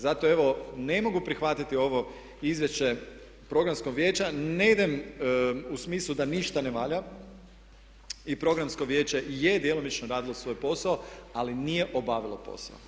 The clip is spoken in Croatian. Zato evo ne mogu prihvatiti ovo Izvješće Programskog vijeća, ne idem u smislu da ništa ne valja i Programsko vijeće je djelomično radilo svoj posao ali nije obavilo posao.